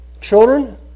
children